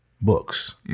books